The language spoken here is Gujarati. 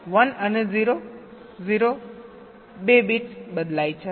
1 અને 0 0 2 બિટ્સ બદલાય છે